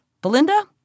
Belinda